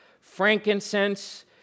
frankincense